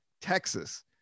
Texas